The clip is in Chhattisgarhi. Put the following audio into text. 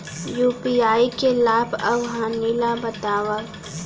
यू.पी.आई के लाभ अऊ हानि ला बतावव